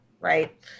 right